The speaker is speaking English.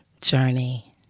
journey